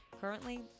Currently